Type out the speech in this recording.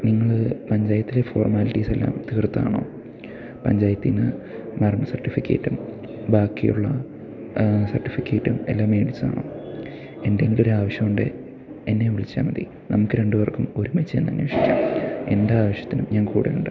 നിങ്ങൾ പഞ്ചായത്തിലെ ഫോർമാലിറ്റീസെല്ലാം തീർത്തതാണോ പഞ്ചായത്തിൽ നിന്ന് മരണ സർട്ടിഫിക്കേറ്റും ബാക്കിയുള്ള സർട്ടിഫിക്കേറ്റും എല്ലാം മേടിച്ചാണോ എന്തെങ്കിലും ഒരാവശ്യം ഉണ്ടെങ്കിൽ എന്നെ വിളിച്ചാൽ മതി നമുക്ക് രണ്ടു പേർക്കും ഒരുമിച്ചു തന്നെ അന്വേഷിക്കാം എന്താവശ്യത്തിനും ഞാൻ കൂടെയുണ്ട്